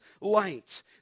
light